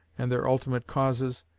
and their ultimate causes,